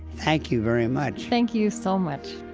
thank you very much thank you so much